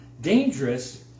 Dangerous